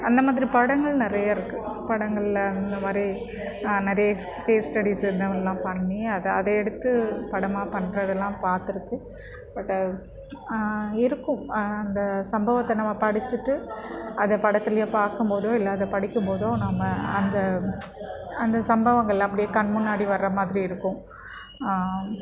அந்த மாதிரி படங்கள் நிறையா இருக்குது படங்களில் அந்தமாதிரி நதேஸ் கேஸ் ஸ்டடிஸு இதுவெல்லாம் பண்ணி அதை அதே எடுத்து படமாக பண்ணுறதுலாம் பார்த்துருக்கு பட்டு இருக்கும் அந்த சம்பவத்தை நம்ம படிச்சுட்டு அதை படத்துலேயோ பார்க்கும்போதோ இல்லை அதை படிக்கும்போதோ நாம் அந்த அந்த சம்பவங்கள் அப்படியே கண் முன்னாடி வர மாதிரி இருக்கும்